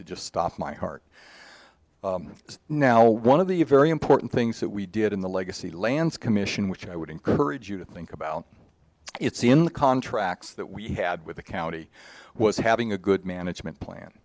that just stop my heart is now one of the a very important things that we did in the legacy lands commission which i would encourage you to think about it's in the contracts that we had with the county was having a good management plan